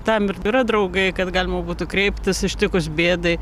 tam ir yra draugai kad galima būtų kreiptis ištikus bėdai